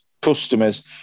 customers